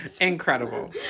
Incredible